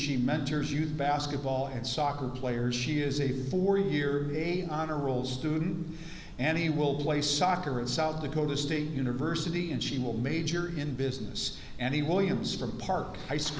she mentors youth basketball and soccer players she is a four year eight honor roll student and he will play soccer in south dakota state university and she will major in business and he williams from park